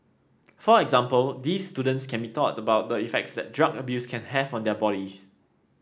for example these students can be taught about the effects that drug abuse can have on their bodies